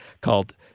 called